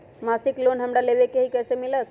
मासिक लोन हमरा लेवे के हई कैसे मिलत?